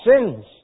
sins